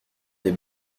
des